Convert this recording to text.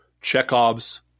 Chekhov's